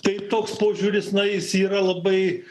tai toks požiūris na jis yra labai